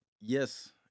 yes